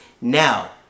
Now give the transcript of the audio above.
Now